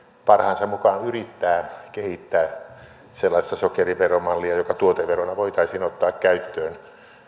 parhaansa mukaan yrittää kehittää sellaista sokeriveromallia joka tuoteverona voitaisiin ottaa käyttöön